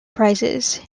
prizes